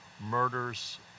murders